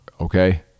Okay